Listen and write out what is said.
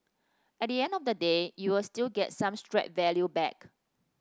at the end of the day you'll still get some scrap value back